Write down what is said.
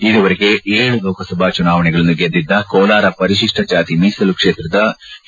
ಇದುವರೆಗೆ ಏಳು ಲೋಕಸಭಾ ಚುನಾವಣೆಗಳನ್ನು ಗೆದ್ದಿದ್ದ ಕೋಲಾರ ಪರಿಶಿಷ್ಟ ಜಾತಿ ಮೀಸಲು ಕ್ಷೇತ್ರದ ಕೆ